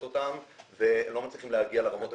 אותם והם לא מצליחים להגיע לרמות הגבוהות.